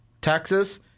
Texas